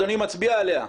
אדוני מצביע עליה?